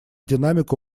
динамику